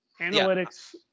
analytics